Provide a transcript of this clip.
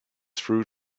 through